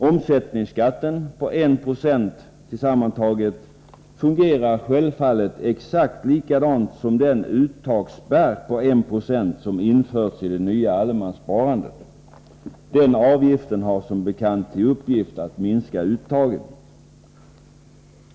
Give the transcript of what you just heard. Omsättningsskatten på 1 96 fungerar självfallet exakt likadant som den uttagsspärr om 1 96 som införts i det nya allemanssparandet. Den avgiften har som bekant till uppgift att minska uttag.